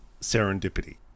serendipity